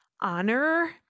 honor